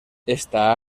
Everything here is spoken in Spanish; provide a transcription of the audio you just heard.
esta